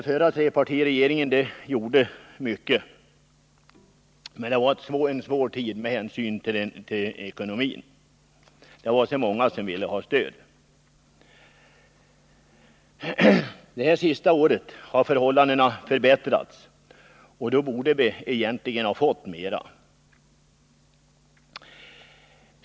Förra trepartiregeringen gjorde mycket, men det var en svår tid med hänsyn till ekonomin. Det var så många som ville ha stöd. Under det senaste året har förhållandena förbättrats, och då borde vi egentligen ha fått mer.